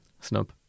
Snub